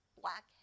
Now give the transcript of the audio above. black